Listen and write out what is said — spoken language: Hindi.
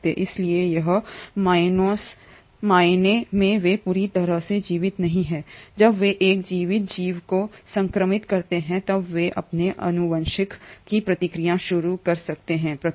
इसलिए एक मायने में वे पूरी तरह से जीवित नहीं हैं जब वे एक जीवित जीव को संक्रमित करते हैं तब वे अपने आनुवंशिक की प्रक्रिया शुरू कर सकते हैं प्रतिकृति